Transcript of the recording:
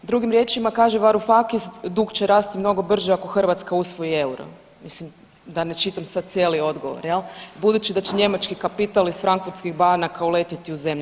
Drugim riječima kaže Varoufakis dug će rasti mnog brže ako Hrvatska usvoji euro, mislim da ne čitam sad cijeli odgovor jel, budući da će njemački kapital iz frankfurtskih banaka uletiti u zemlje.